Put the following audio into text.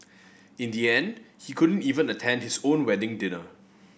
in the end he couldn't even attend his own wedding dinner